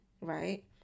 right